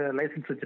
license